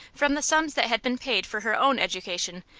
from the sums that had been paid for her own education,